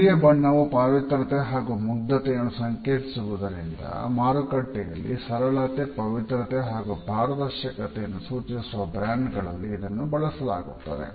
ಬಿಳಿಯ ಬಣ್ಣವು ಪಾವಿತ್ರತೆ ಹಾಗೂ ಮುಗ್ಧತೆಯನ್ನು ಸಂಕೇತಿಸುವುದರಿಂದ ಮಾರುಕಟ್ಟೆಯಲ್ಲಿ ಸರಳತೆ ಪಾವಿತ್ರತೆ ಹಾಗೂ ಪಾರದರ್ಶಕತೆಯನ್ನು ಸೂಚಿಸುವ ಬ್ರ್ಯಾಂಡ್ ಗಳಲ್ಲಿ ಇದನ್ನು ಬಳಸಲಾಗುತ್ತದೆ